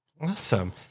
Awesome